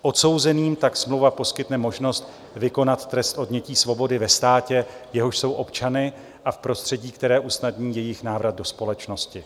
Odsouzeným tak smlouva poskytne možnost vykonat trest odnětí svobody ve státě, jehož jsou občany, a v prostředí, které usnadní jejich návrat do společnosti.